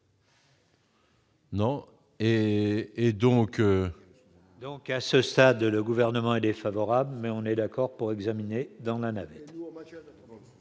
Non et et donc. à ce stade, le gouvernement est défavorable, mais on est d'accord pour examiner dans la navette.